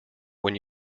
when